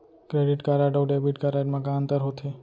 Credit card अऊ debit card मा का अंतर होथे?